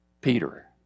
Peter